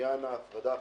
לעניין ההפרדה החשבונאית.